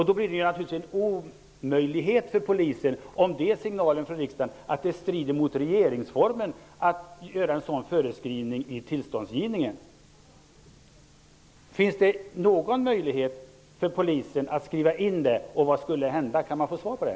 Det blir naturligtvis omöjligt för Polisen att ställa ett sådant villkor, om signalen från riksdagen är att det strider mot regeringsformen. Finns det någon möjlighet för Polisen att skriva in ett sådant villkor? Och vad skulle hända om det sker? Kan jag få svar på det?